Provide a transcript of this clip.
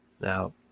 Now